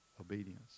obedience